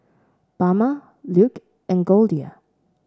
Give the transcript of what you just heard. Bama Luke and Goldia